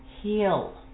heal